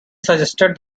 suggested